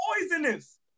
Poisonous